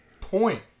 point